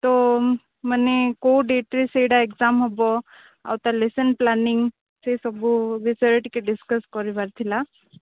ତ ମାନେ କେଉଁ ଡେଟ୍ରେ ସେଇଟା ଏକ୍ଜାମ୍ ହେବ ଆଉ ତା ଲେସନ୍ ପ୍ଳାନିଙ୍ଗ୍ ସେ ସବୁ ବିଷୟରେ ଟିକେ ଡିସକସ୍ କରିବାର ଥିଲା